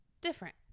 different